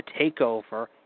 TakeOver